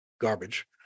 garbage